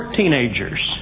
teenagers